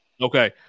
okay